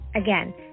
Again